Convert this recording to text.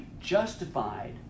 justified